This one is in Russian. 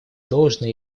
должное